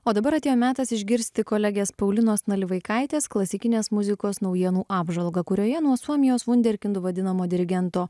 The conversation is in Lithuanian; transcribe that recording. o dabar atėjo metas išgirsti kolegės paulinos nalivaikaitės klasikinės muzikos naujienų apžvalgą kurioje nuo suomijos vunderkindu vadinamo dirigento